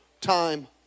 time